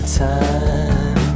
time